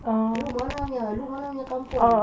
lu mana punya lu mana punya kampung